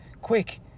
quick